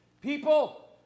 People